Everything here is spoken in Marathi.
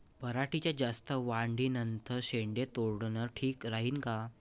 पराटीच्या जास्त वाढी नंतर शेंडे तोडनं ठीक राहीन का?